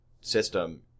system